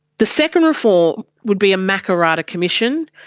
the second reform would be a makarrata commission.